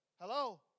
Hello